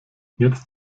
jetzt